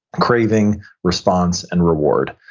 craving, response, and reward.